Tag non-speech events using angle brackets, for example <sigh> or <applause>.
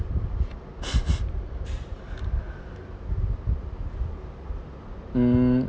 <laughs> mm